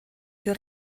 für